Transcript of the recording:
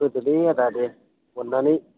होदोलै आदा दे अननानै